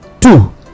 Two